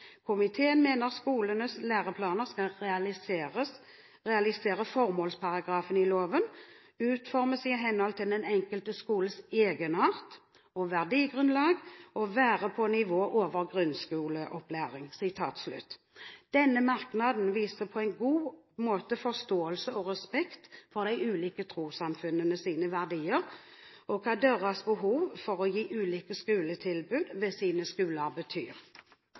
Komiteen mener skolens læreplaner skal realisere formålsparagrafen i loven, utformes i henhold til den enkelte skoles egenart og verdigrunnlag og være på nivå over grunnskoleopplæring.» Denne merknaden viser på en god måte forståelse og respekt for de ulike trossamfunnenes verdier og hva deres behov for å gi ulike skoletilbud ved sine skoler betyr.